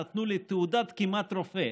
נתנו לי תעודת כמעט רופא,